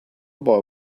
boy